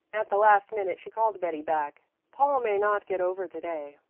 at the last minute she called betty back. paul may not get over to-day,